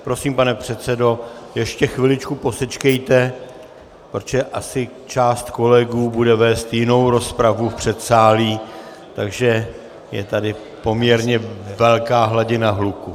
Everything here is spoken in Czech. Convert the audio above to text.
Prosím, pane předsedo, ještě chviličku posečkejte, protože asi část kolegů bude vést jinou rozpravu v předsálí, takže je tady poměrně velká hladina hluku...